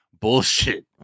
bullshit